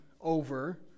over